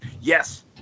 Yes